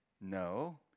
No